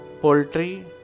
Poultry